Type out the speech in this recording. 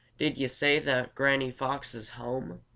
did yo' say that granny fox is home?